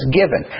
given